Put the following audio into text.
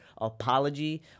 apology